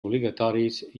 obligatoris